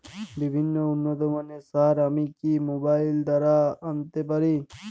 বিভিন্ন উন্নতমানের সার আমি কি মোবাইল দ্বারা আনাতে পারি?